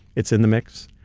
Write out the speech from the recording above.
it's in the mix.